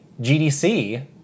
GDC